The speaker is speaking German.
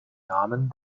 namen